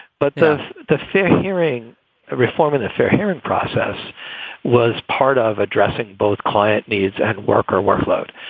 but the the fair hearing reform and the fair hearing process was part of addressing both client needs and worker workload.